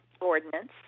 ordinance